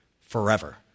forever